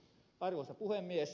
arvoisa puhemies